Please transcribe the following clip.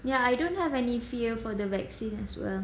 ya I don't have any fear for the vaccine as well